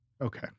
Okay